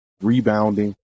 rebounding